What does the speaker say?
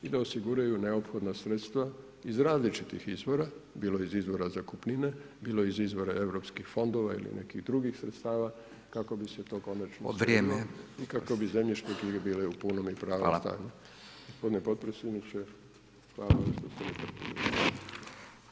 I da osiguraju neophodna sredstva iz različitih izvora bilo iz izvora zakupnine, bilo iz izvora europskih fondova ili nekih drugih sredstava kako bi se to konačno … [[Upadica: Vrijeme.]] i kako bi zemljišne knjige bile u punome i pravome stanju [[Upadica: Hvala.]] Gospodin potpredsjedniče hvala vam